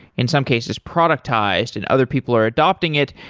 in some cases, productized and other people are adopting it.